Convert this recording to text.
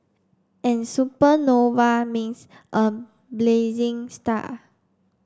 and supernova means a blazing star